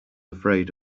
afraid